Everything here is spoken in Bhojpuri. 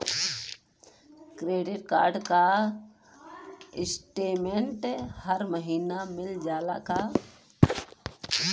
क्रेडिट कार्ड क स्टेटमेन्ट हर महिना मिल जाला का?